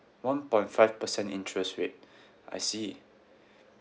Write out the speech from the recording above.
one point five percent interest rate I see